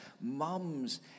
Mums